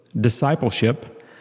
discipleship